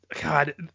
God